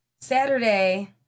Saturday